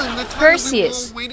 Perseus